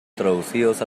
traducidos